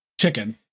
chicken